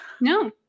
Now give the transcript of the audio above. No